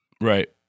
Right